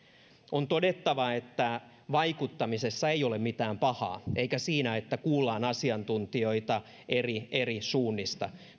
on todettava että vaikuttamisessa ei ole mitään pahaa eikä siinä että kuullaan asiantuntijoita eri eri suunnista